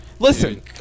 Listen